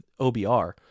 OBR